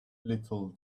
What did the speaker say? little